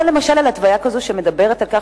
או למשל על התוויה כזאת שמדברת על כך